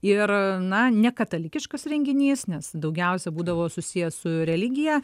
ir na ne katalikiškas renginys nes daugiausia būdavo susiję su religija